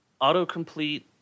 autocomplete